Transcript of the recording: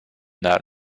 that